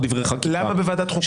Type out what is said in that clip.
דברי חקיקה --- למה בוועדת החוקה?